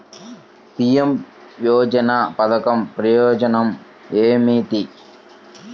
PM యోజన పధకం ప్రయోజనం ఏమితి?